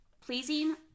pleasing